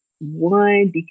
one